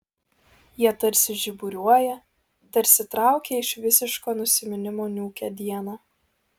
jie tarsi žiburiuoja tarsi traukia iš visiško nusiminimo niūkią dieną